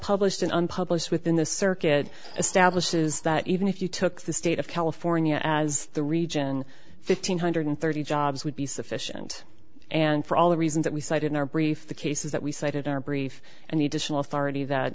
published an unpublished within the circuit establishes that even if you took the state of california as the region fifteen hundred thirty jobs would be sufficient and for all the reasons that we cited in our brief the cases that we cited are brief and the